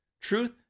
truth